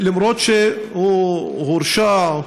למרות שהוא הורשע,